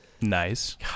Nice